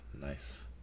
Nice